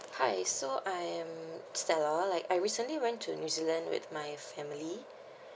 hi so I am stella like I recently went to new zealand with my family